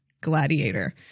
Gladiator